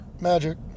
magic